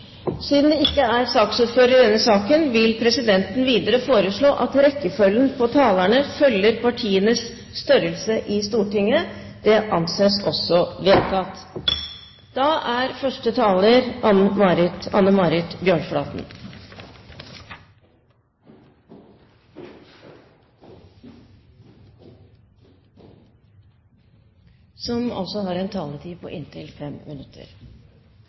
Siden det ikke er saksordfører i denne saken, vil presidenten foreslå at rekkefølgen på talerne følger partienes størrelse i Stortinget. – Det anses også vedtatt. Konsekvensene av utbruddet av vulkanen under Eyjafjalljökull på Island er langt mer omfattende enn det en